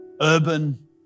urban